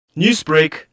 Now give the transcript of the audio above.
Newsbreak